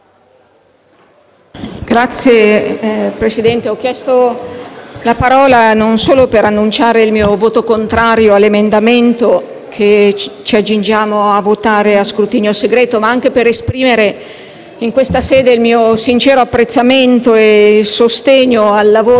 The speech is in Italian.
la parola non solo per annunciare il mio voto contrario all'emendamento che ci accingiamo a votare a scrutinio segreto, ma anche per esprimere in questa sede il mio sincero apprezzamento e sostegno al lavoro dei tanti colleghi che hanno sostenuto e stanno sostenendo